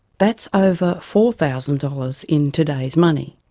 that's over four thousand dollars in today's money.